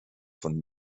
von